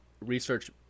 research